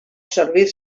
servir